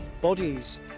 Bodies